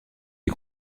des